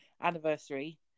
anniversary